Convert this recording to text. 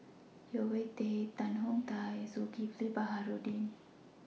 Yeo Wei Wei Tan Tong Hye and Zulkifli Baharudin